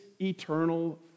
eternal